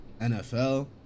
NFL